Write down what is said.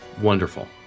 wonderful